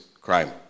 crime